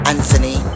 Anthony